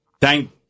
Thank